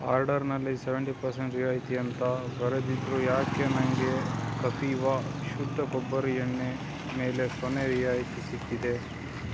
ಆರ್ಡರ್ನಲ್ಲಿ seventy percent ರಿಯಾಯಿತಿ ಅಂತ ಬರೆದಿದ್ದರೂ ಯಾಕೆ ನನಗೆ ಕಪೀವಾ ಶುದ್ಧ ಕೊಬ್ಬರಿ ಎಣ್ಣೆ ಮೇಲೆ ಸೊನ್ನೆ ರಿಯಾಯಿತಿ ಸಿಕ್ಕಿದೆ